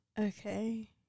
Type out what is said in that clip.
okay